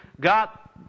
got